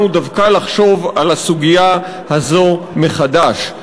דווקא לחשוב על הסוגיה הזאת מחדש.